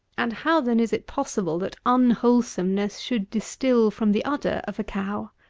and how, then, is it possible, that unwholesomeness should distil from the udder of a cow?